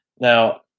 now